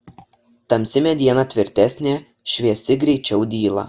tamsi mediena tvirtesnė šviesi greičiau dyla